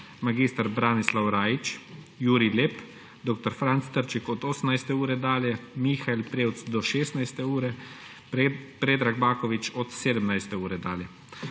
mag. Branislav Rajić, Jurij Lep, dr. Franc Trček od 18. ure dalje, Mihael Prevc do 16. ure, Predrag Baković od 17. ure dalje.